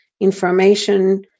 information